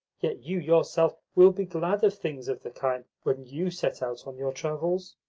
yet you yourself will be glad of things of the kind when you set out on your travels.